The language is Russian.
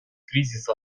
кризиса